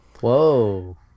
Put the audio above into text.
Whoa